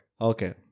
Okay